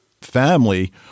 family